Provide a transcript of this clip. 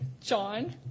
John